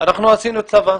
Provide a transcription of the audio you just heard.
אנחנו עשינו צבא,